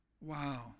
Wow